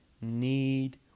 need